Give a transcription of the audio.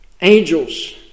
Angels